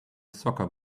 soccer